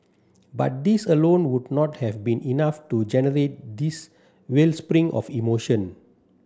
but these alone would not have been enough to generate this wellspring of emotion